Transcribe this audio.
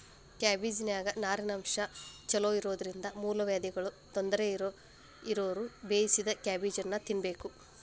ಕ್ಯಾಬಿಜ್ನಾನ್ಯಾಗ ನಾರಿನಂಶ ಚೋಲೊಇರೋದ್ರಿಂದ ಮೂಲವ್ಯಾಧಿಗಳ ತೊಂದರೆ ಇರೋರು ಬೇಯಿಸಿದ ಕ್ಯಾಬೇಜನ್ನ ತಿನ್ಬೇಕು